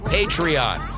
Patreon